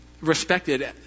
respected